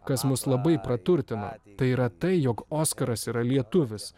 kas mus labai praturtina tai yra tai jog oskaras yra lietuvis